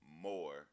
more